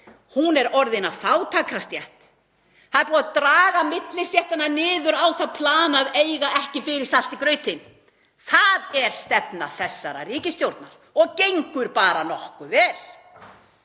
er orðin að fátækra stétt. Það er búið að draga millistéttina niður á það plan að eiga ekki fyrir salti í grautinn. Það er stefna þessarar ríkisstjórnar og gengur bara nokkuð vel.